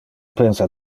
pensa